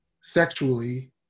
sexually